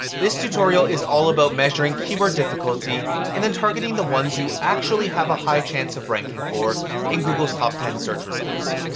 this tutorial is all about measuring keyword difficulty and then targeting the ones you actually have a high chance of ranking for in google's top ten search results.